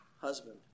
husband